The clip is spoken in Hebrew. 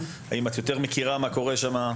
האם את מכירה מה קורה שם?